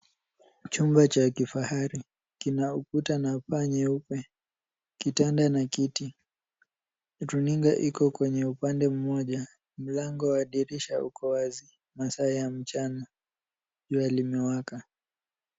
Chumba cha kifahari kina ukuta na paa nyeupe, kitanda na kiti. Runinga Iko kwenye upande mmoja. Mlango wa dirisha uko wazi masaa ya mchana. Jua limewaka.